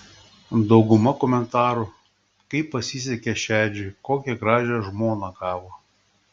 dauguma komentarų kaip pasisekė šedžiui kokią gražią žmoną gavo